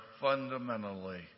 fundamentally